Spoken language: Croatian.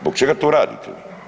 Zbog čega to radite?